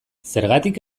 zergatik